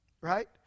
Right